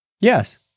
Yes